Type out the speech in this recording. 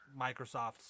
Microsoft